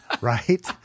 right